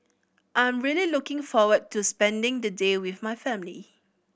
I'm really looking forward to spending the day with my family